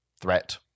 threat